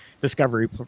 Discovery